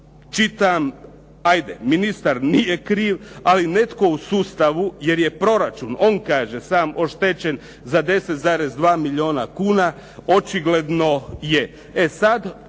čitam, hajde, ministar nije kriv, ali netko u sustavu, jer je proračun, on kaže sam, oštećen za 10,2 milijuna kuna, očigledno je.